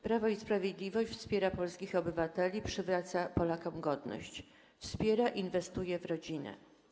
Prawo i Sprawiedliwość wspiera polskich obywateli, przywraca Polakom godność, wspiera ich, inwestuje w rodzinę.